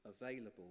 available